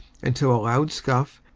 until a loud scuff,